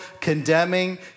condemning